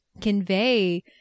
convey